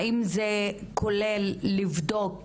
האם זה כולל לבדוק